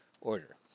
order